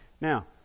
Now